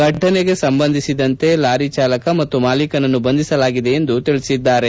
ಫಟನೆಗೆ ಸಂಬಂಧಿಸಿದಂತೆ ಲಾರಿಯ ಚಾಲಕ ಮತ್ತು ಮಾಲೀಕನನ್ನು ಬಂಧಿಸಲಾಗಿದೆ ಎಂದು ತಿಳಿಸಿದ್ದಾರೆ